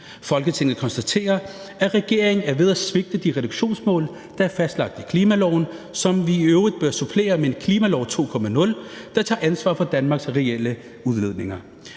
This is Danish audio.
Folketinget konstaterer, at regeringen er ved at svigte de reduktionsmål, der er fastlagt i klimaloven, som i øvrigt bør suppleres med en klimalov 2.0, der tager ansvar for Danmarks reelle udledninger.